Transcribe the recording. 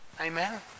Amen